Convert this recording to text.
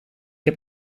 heb